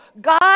God